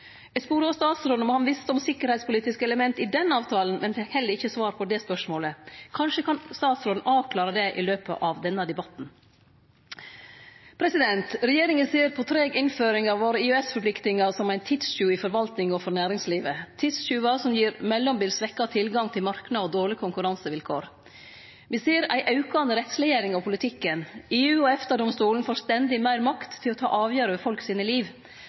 Eg spurde også statsråden om han visste om sikkerheitspolitiske element i den avtalen, men fekk heller ikkje svar på det spørsmålet. Kanskje kan statsråden avklare dette i løpet av denne debatten. Regjeringa ser på treg innføring av våre EØS-forpliktingar som ein tidstjuv i forvaltinga og for næringslivet – tidstjuvar som gir mellombels svekt tilgang til marknader og dårlegare konkurransevilkår. Me ser ei aukande rettsleggjering av politikken. EU- og EFTA-domstolen får stendig meir makt til å ta avgjerder over folk sitt liv.